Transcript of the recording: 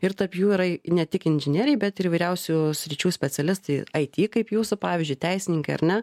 ir tarp jų yra ne tik inžinieriai bet ir įvairiausių sričių specialistai it kaip jūs pavyzdžiui teisininkai ar ne